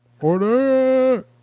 Order